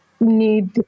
need